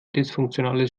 dysfunktionales